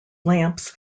lamps